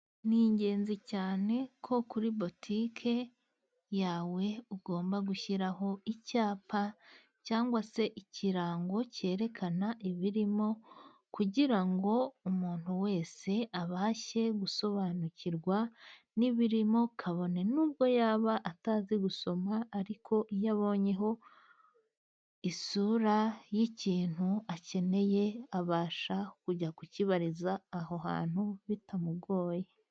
Ni ingenzi cyane ko kuri Botike yawe ugomba gushyiraho icyapa cyangwa se ikirango cyerekana ibirimo kugira ngo umuntu wese abashe gusobanukirwa n'ibirimo kabone n'ubwo yaba atazi gusoma . Ariko iyo abonyeho isura y'ikintu akeneye abasha kujya kukibaririza aho hantu bitamugoye.